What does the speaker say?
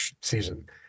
season